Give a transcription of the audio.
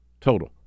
total